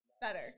better